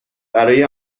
برای